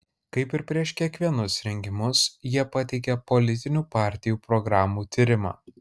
kaip ir prieš kiekvienus rinkimus jie pateikia politinių partijų programų tyrimą